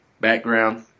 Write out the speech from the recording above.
background